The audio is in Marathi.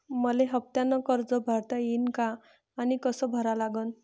मले हफ्त्यानं कर्ज भरता येईन का आनी कस भरा लागन?